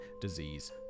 disease